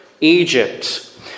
Egypt